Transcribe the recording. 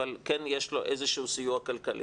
אבל כן יש לו איזה שהוא סיוע כלכלי.